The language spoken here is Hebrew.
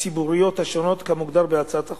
הציבוריות השונות, כמוגדר בהצעת החוק,